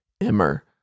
Emmer